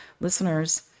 listeners